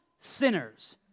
sinners